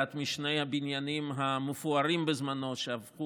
אחד משני הבניינים המפוארים בזמנו שהפכו